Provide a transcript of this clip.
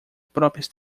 próprias